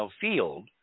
field